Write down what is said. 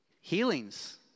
Healings